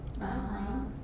ah